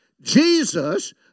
Jesus